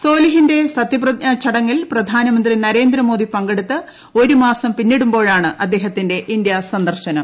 സോലിഹിന്റെ സത്യപ്രതിജ്ഞാ ചടങ്ങിൽ പ്രധാനമന്ത്രി നരേന്ദ്രമോദി പങ്കെടുത്ത് ഒരു മാസം പിന്നിടുമ്പോഴാണ് അദ്ദേഹത്തിന്റെ ഇന്ത്യാ സന്ദർശനം